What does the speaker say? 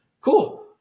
Cool